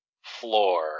floor